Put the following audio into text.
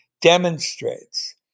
demonstrates